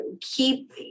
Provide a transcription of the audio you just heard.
keep